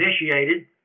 initiated